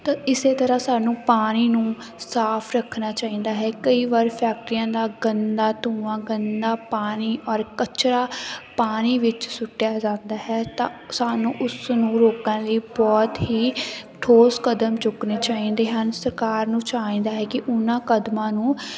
ਤਾਂ ਇਸੇ ਤਰ੍ਹਾਂ ਸਾਨੂੰ ਪਾਣੀ ਨੂੰ ਸਾਫ ਰੱਖਣਾ ਚਾਹੀਦਾ ਹੈ ਕਈ ਵਾਰ ਫੈਕਟਰੀਆਂ ਦਾ ਗੰਦਾ ਧੂੰਆਂ ਗੰਦਾ ਪਾਣੀ ਔਰ ਕਚਰਾ ਪਾਣੀ ਵਿੱਚ ਸੁੱਟਿਆ ਜਾਂਦਾ ਹੈ ਤਾਂ ਸਾਨੂੰ ਉਸ ਨੂੰ ਰੋਕਣ ਲਈ ਬਹੁਤ ਹੀ ਠੋਸ ਕਦਮ ਚੁੱਕਣੇ ਚਾਹੀਦੇ ਹਨ ਸਰਕਾਰ ਨੂੰ ਚਾਹੀਦਾ ਹੈ ਕਿ ਉਹਨਾਂ ਕਦਮਾਂ ਨੂੰ